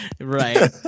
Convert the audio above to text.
Right